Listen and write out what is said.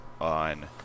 on